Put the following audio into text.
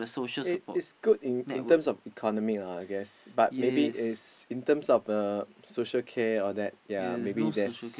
it is good in in terms of economic lah I guess but maybe is in terms of uh social care and all that yeah maybe there's